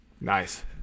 Nice